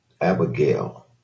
Abigail